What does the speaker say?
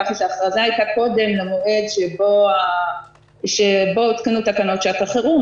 ככה שההכרזה הייתה קודם למועד שבו הותקנו תקנות שעת חירום,